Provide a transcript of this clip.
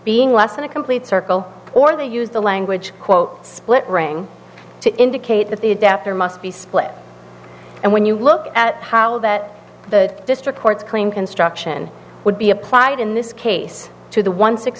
being less than a complete circle or they use the language quote split ring to indicate that the adapter must be split and when you look at how that the district court claim construction would be applied in this case to the one six